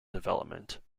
development